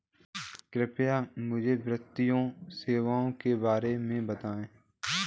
कृपया मुझे वित्तीय सेवाओं के बारे में बताएँ?